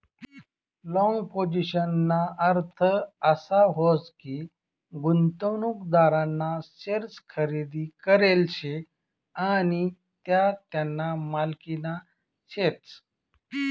long पोझिशनना अर्थ असा व्हस की, गुंतवणूकदारना शेअर्स खरेदी करेल शे आणि त्या त्याना मालकीना शेतस